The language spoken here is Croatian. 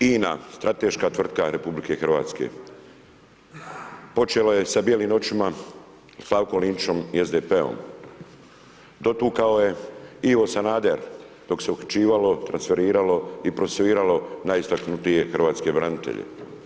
INA, strateška tvrtka RH, počelo je sa bijelim očima, Slavkom Linićem i SDP-om, dotukao je Ivo Sanader dok se uhićivalo, transferiralo i procesuiralo najistaknutije hrvatske branitelje.